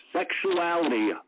sexuality